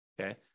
Okay